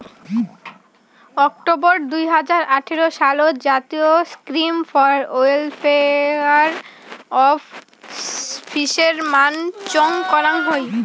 October দুই হাজার আঠারো সালত জাতীয় scheme for welfare of fishermen চং করং হই